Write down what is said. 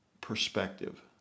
perspective